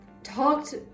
talked